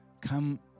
come